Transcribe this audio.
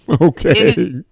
Okay